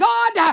God